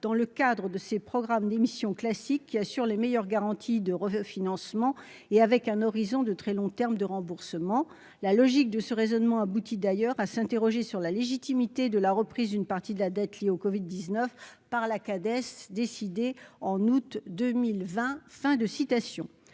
dans le cadre de ses programmes d'émission classiques, qui assurent les meilleures garanties de refinancement (moindre coût) et avec un horizon de très long terme de remboursement. La logique de ce raisonnement aboutit d'ailleurs à s'interroger sur la légitimité de la reprise d'une partie de la dette liée au covid-19 par la Cades, décidée en août 2020.